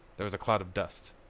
there was a cloud of dust.